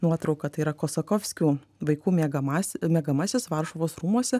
nuotrauka tai yra kosakovskių vaikų miegamas miegamasis varšuvos rūmuose